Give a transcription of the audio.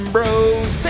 Bros